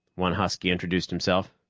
one husky introduced himself.